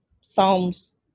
Psalms